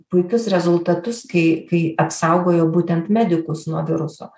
puikius rezultatus kai kai apsaugojo būtent medikus nuo viruso